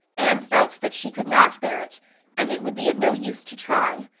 anne felt that she could not bear it and it would be of no use to try.